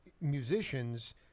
musicians